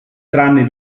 tranne